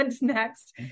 next